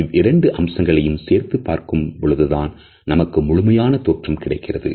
இவ்விரண்டு அம்சங்களையும் சேர்த்துப் பார்க்கும் பொழுதுதான் நமக்கு முழுமையான தோற்றம் கிடைக்கிறது